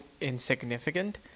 insignificant